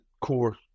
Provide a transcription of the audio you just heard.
core